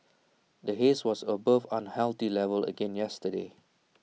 the haze was above unhealthy level again yesterday